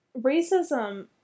racism